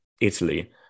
Italy